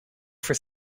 for